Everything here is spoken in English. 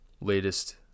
latest